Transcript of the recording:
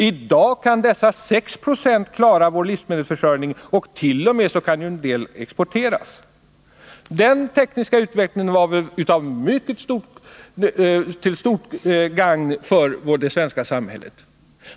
I dag kan dessa 6 96 klara den, och en del jordbruksprodukter kan t.o.m. exporteras. Denna tekniska utveckling var väl till stort gagn för det svenska samhället?